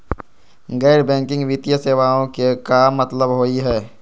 गैर बैंकिंग वित्तीय सेवाएं के का मतलब होई हे?